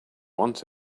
want